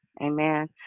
amen